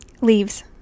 Leaves